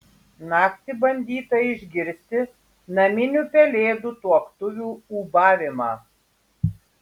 naktį bandyta išgirsti naminių pelėdų tuoktuvių ūbavimą